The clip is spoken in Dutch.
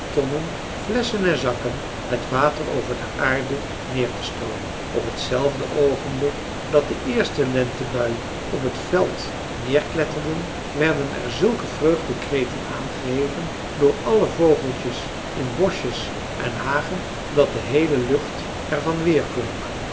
tonnen flesschen en zakken het water over de aarde neer te stroomen op hetzelfde oogenblik dat de eerste lentebuien op t veld neerkletterden werden er zulke vreugdekreten aangeheven door alle vogeltjes in boschjes en hagen dat de heele lucht er van weerklonk